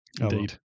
Indeed